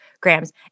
grams